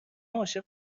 عاشق